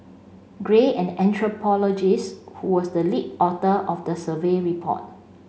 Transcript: gray an anthropologist who was the lead author of the survey report